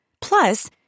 Plus